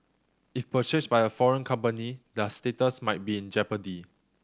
if purchased by a foreign company that status might be in jeopardy